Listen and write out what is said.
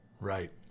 Right